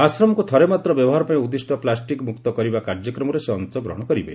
ଆଶ୍ରମକୁ ଥରେ ମାତ୍ର ବ୍ୟବହାର ପାଇଁ ଉଦ୍ଦିଷ୍ଟ ପ୍ଲାଷ୍ଟିକ୍ ମୁକ୍ତ କରିବା କାର୍ଯ୍ୟକ୍ରମରେ ସେ ଅଂଶଗ୍ରହଣ କରିବେ